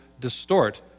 distort